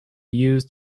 used